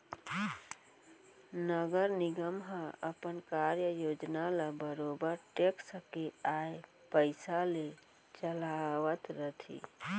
नगर निगम ह अपन कार्य योजना ल बरोबर टेक्स के आय पइसा ले चलावत रथे